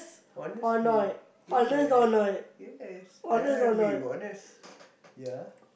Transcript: honestly yea yes I'm being honest ya